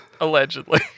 Allegedly